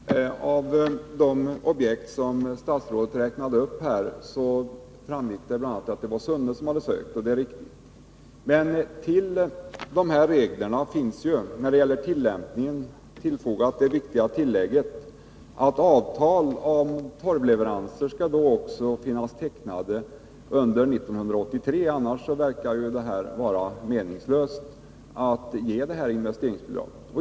Herr talman! Av de objekt som statsrådet räknade upp framgick att bl.a. Sunne har ansökt. Det är riktigt. Men när det gäller tillämpningen av reglerna finns det viktiga tillägget att även avtal om torvleveranser skall vara tecknade under 1983; annars verkar det ju vara meningslöst att ge detta investeringsbidrag.